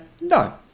No